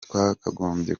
twakagombye